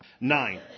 Nine